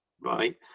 right